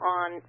on